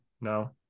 no